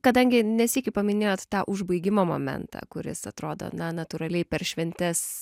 kadangi ne sykį paminėjot tą užbaigimo momentą kuris atrodo na natūraliai per šventes